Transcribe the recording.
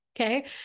Okay